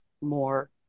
more